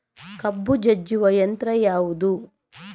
ಕಬ್ಬು ಜಜ್ಜುವ ಯಂತ್ರ ಯಾವುದು?